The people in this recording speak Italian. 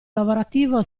lavorativo